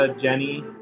Jenny